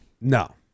no